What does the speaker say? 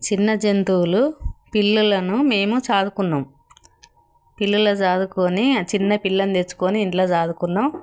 చిన్న జంతువులు పిల్లులను మేము సాకుకున్నాం పిల్లుల సాకుకొని చిన్న పిల్లని తెచ్చుకొని ఇంట్లో సాకుకున్నాం